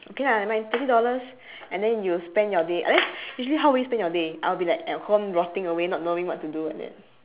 okay lah nevermind twenty dollars and then you spend your day unless usually how you will spend your day I will be like at home rotting away not knowing what to do like that